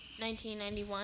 1991